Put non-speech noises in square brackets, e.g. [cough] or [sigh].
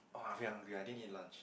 [noise] very hungry I din eat lunch